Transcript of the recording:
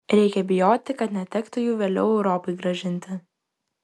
reikia bijoti kad netektų jų vėliau europai grąžinti